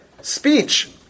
speech